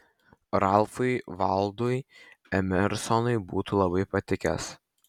ralfui valdui emersonui būtų labai patikęs